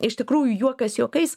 iš tikrųjų juokas juokais